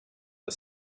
the